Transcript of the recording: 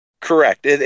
Correct